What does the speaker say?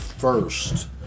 First